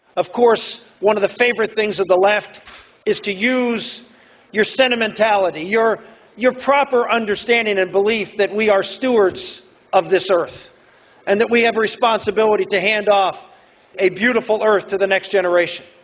of course one of the favourite things of the left is to use your sentimentality, your your proper understanding and belief that we are stewards of this earth and that we have a responsibility to hand off a beautiful earth to the next generation.